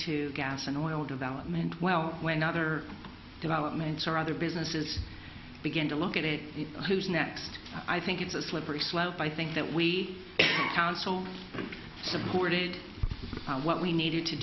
to gas and oil development well when other developments or other businesses begin to look at it who's next i think it's a slippery slope i think that we counsel supported what we needed to